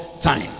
time